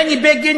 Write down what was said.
בני בגין,